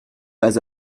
pas